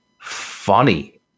funny